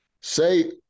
say